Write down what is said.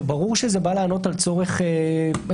ברור שזה בא לענות על צורך מעשי,